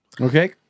Okay